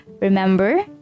Remember